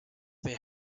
they